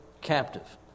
captive